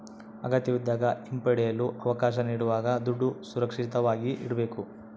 ಅಗತ್ಯವಿದ್ದಾಗ ಹಿಂಪಡೆಯಲು ಅವಕಾಶ ನೀಡುವಾಗ ದುಡ್ಡು ಸುರಕ್ಷಿತವಾಗಿ ಇರ್ಬೇಕು